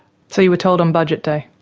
so you were told on budget day?